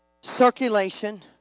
Circulation